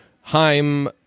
Heim